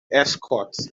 escorts